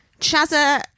Chaza